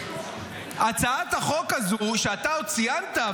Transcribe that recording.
הצעת החוק הזו שאתה ציינת,